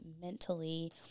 mentally